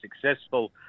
successful